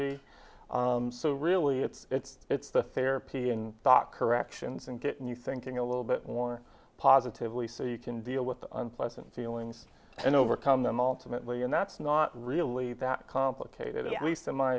be so really it's it's it's the therapy and thought corrections and getting you thinking a little bit more positively so you can deal with unpleasant feelings and overcome them ultimately and that's not really that complicated at least in my